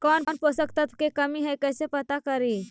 कौन पोषक तत्ब के कमी है कैसे पता करि?